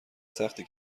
سخته